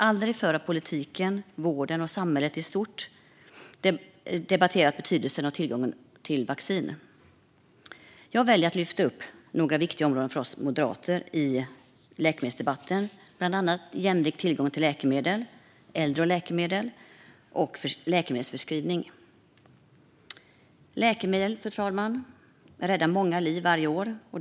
Aldrig förr har politiken, vården och samhället i stort debatterat betydelsen av tillgången på vaccin. Jag väljer att lyfta upp några områden i läkemedelsdebatten som är viktiga för oss moderater, bland annat jämlik tillgång till läkemedel, äldre och läkemedel och läkemedelsförskrivning. Fru talman! Läkemedel räddar många liv varje år.